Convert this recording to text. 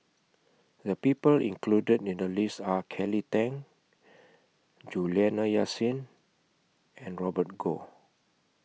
The People included in The list Are Kelly Tang Juliana Yasin and Robert Goh